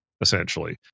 essentially